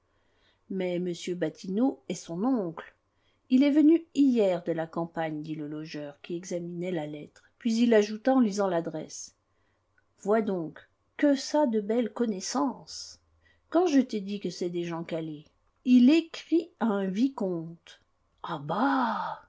mais m badinot est son oncle il est venu hier de la campagne dit le logeur qui examinait la lettre puis il ajouta en lisant l'adresse vois donc que ça de belles connaissances quand je te dis que c'est des gens calés il écrit à un vicomte ah bah